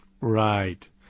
Right